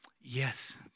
Yes